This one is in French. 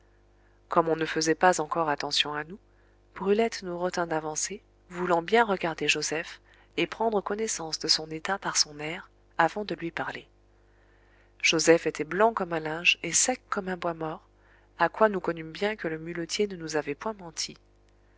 comme on ne faisait pas encore attention à nous brulette nous retint d'avancer voulant bien regarder joseph et prendre connaissance de son état par son air avant de lui parler joseph était blanc comme un linge et sec comme un bois mort à quoi nous connûmes bien que le muletier ne nous avait point menti